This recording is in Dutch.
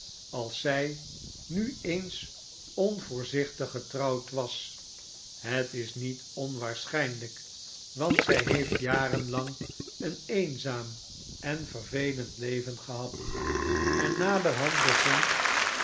als zij nu eens onvoorzichtig getrouwd was het is niet onwaarschijnlijk want zij heeft jaren lang een eenzaam en vervelend leven gehad en naderhand bevond